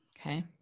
Okay